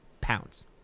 pounds